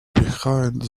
behind